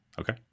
Okay